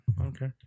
Okay